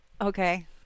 Okay